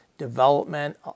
development